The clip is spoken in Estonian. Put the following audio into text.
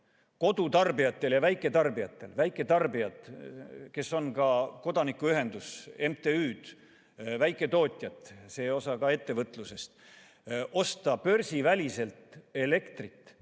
kodutarbijatel ja väiketarbijatel – väiketarbijad on ka kodanikuühendused, MTÜ-d ja väiketootjad, ka see osa ettevõtlusest – osta börsiväliselt elektrit